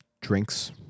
drinks